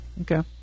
Okay